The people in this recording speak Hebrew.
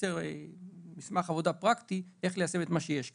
תייצר מסמך עבודה פרקטי איך ליישם את מה שיש כאן.